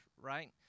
right